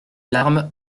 larmes